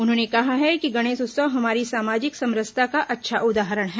उन्होंने कहा है कि गणेश उत्सव हमारी सामाजिक समरसता का अच्छा उदाहरण है